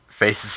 Faces